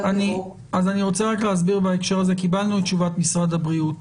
קיבלנו את תשובת משרד הבריאות.